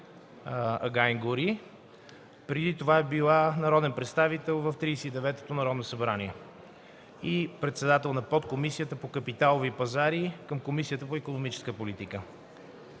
Агайн-Гори. Преди това е била народен представител в Тридесет и деветото Народно събрание и председател на Подкомисията по капиталови пазари към Комисията по икономическата политика.